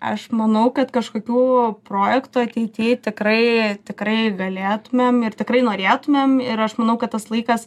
aš manau kad kažkokių projektų ateity tikrai tikrai galėtumėm ir tikrai norėtumėm ir aš manau kad tas laikas